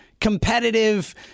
competitive